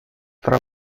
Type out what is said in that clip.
tra